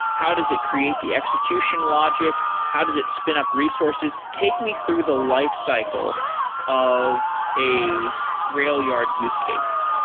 how does it create the execution logic? how does it spin up resources? take me through the lifecycle of a railyard use case.